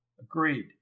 Agreed